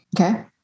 Okay